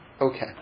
Okay